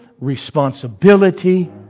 responsibility